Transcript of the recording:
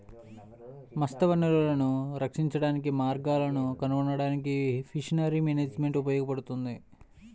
మత్స్య వనరులను రక్షించడానికి మార్గాలను కనుగొనడానికి ఫిషరీస్ మేనేజ్మెంట్ ఉపయోగపడుతుంది